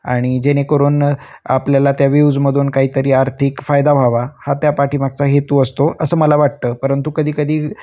आणि जेणेकरून आपल्याला त्या व्यूव्जमधून काहीतरी आर्थिक फायदा व्हावा हा त्या पाठीमागचा हेतू असतो असं मला वाटतं परंतु कधी कधी